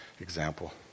example